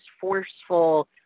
forceful